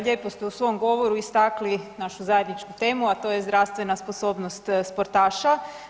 Lijepo ste u svom govoru istakli našu zajedničku temu, a to je zdravstvena sposobnost sportaša.